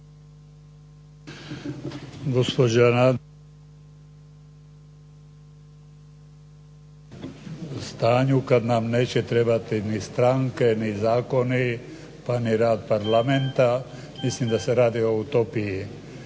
uključen./ … stanju kada nam neće trebati ni stranke ni zakoni pa ni rad parlamenta. Mislim da se radi o utopiji.